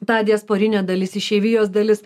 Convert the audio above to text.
ta diasporinė dalis išeivijos dalis